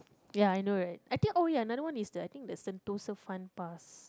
ya I know right I think oh ya another one is the I think the Sentosa Fun Pass